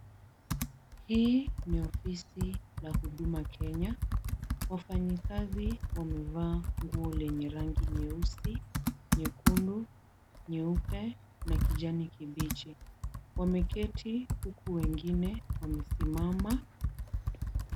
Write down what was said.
Hii ni ofisi la huduma Kenya. Wafanyikazi wamevaa nguo lenye rangi nyeusi, nyekundu, nyeupe na kijani kibichi. Wameketi huku wengine wamesimama.